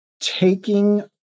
taking